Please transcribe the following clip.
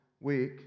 week